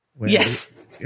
Yes